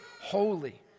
holy